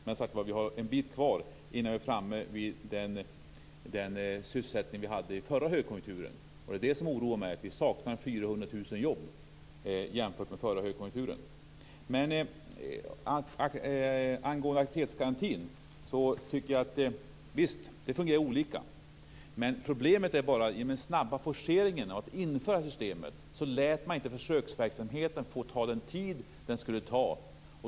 Men vi har som sagt var en bit kvar innan vi är framme vid den sysselsättning vi hade under den förra högkonjunkturen. Det är det som oroar mig. Vi saknar 400 000 jobb jämfört med den förra högkonjunkturen. Visst fungerar aktivitetsgarantin olika. Problemet uppstod i och med den snabba forceringen när det gällde att införa systemet. Man lät inte försöksverksamheten få ta den tid den skulle ta.